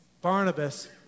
Barnabas